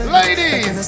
Ladies